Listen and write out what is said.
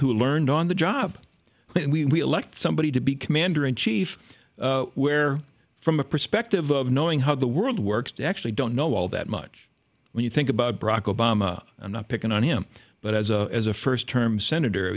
who learned on the job when we elect somebody to be commander in chief where from a perspective of knowing how the world works actually don't know all that much when you think about barack obama and not picking on him but as a as a first term senator